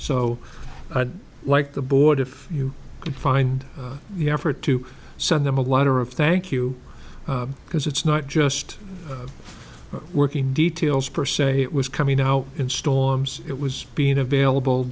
so i'd like the board if you can find the effort to send them a letter of thank you because it's not just working details per se it was coming out in storms it was being available